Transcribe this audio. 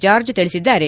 George ತಿಳಿಸಿದ್ದಾರೆ